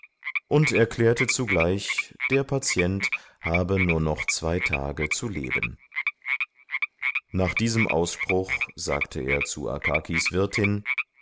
und erklärte zugleich der patient habe nur noch zwei tage zu leben nach diesem ausspruch sagte er zu